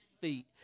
feet